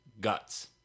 guts